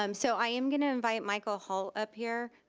um so i am gonna invite michael hall up here.